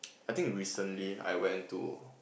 I think recently I went to